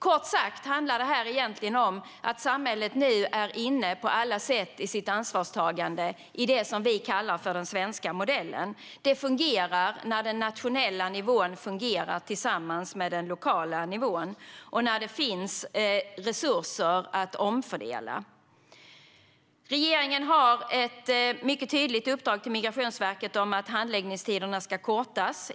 Kort sagt handlar det här egentligen om att samhället nu på alla sätt är inne i sitt ansvarstagande i det som vi kallar för den svenska modellen. Det fungerar när den nationella nivån samverkar med den lokala nivån och det finns resurser att omfördela. Regeringen har ett mycket tydligt uppdrag till Migrationsverket om att handläggningstiderna ska kortas.